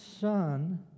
son